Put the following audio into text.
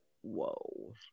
whoa